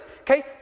okay